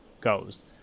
goes